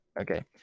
okay